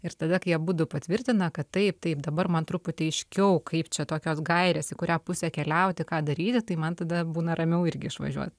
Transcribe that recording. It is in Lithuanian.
ir tada kai abudu patvirtina kad taip taip dabar man truputį aiškiau kaip čia tokios gairės į kurią pusę keliauti ką daryti tai man tada būna ramiau irgi išvažiuot